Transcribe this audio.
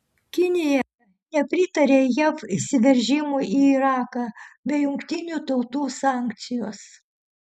kinija nepritarė jav įsiveržimui į iraką be jungtinių tautų sankcijos